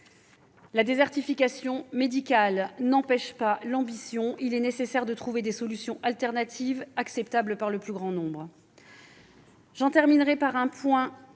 La désertification médicale n'empêche pas l'ambition ; il est nécessaire de trouver des solutions alternatives, acceptables par le plus grand nombre. J'en terminerai par un point que j'ai